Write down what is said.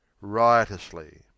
riotously